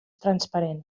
transparent